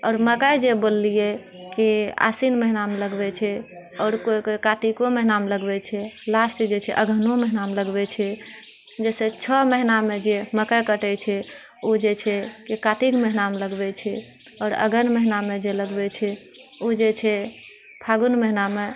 आओर मक्कइ जे बोललियै कि आश्विन महिनामे लगबैत छै आओर कोइ कोइ कार्तिको महिनामे लगबैत छै लागि सकैत छै अगहनो महिनामे लगबैत छै जाहिसँ छओ महिनामे जे मक्कइ कटैत छै ओ जे छै कार्तिक महिनामे लगबैत छै आओर अगहन महिनामे जे लगबैत छै ओ जे छै फाल्गुन महिनामे